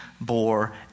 bore